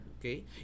okay